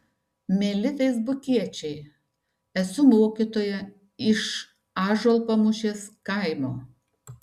mieli feisbukiečiai esu mokytoja iš ąžuolpamūšės kaimo